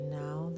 now